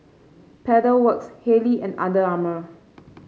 Pedal Works Haylee and Under Armour